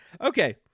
Okay